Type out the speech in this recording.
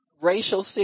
racial